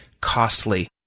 costly